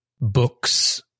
books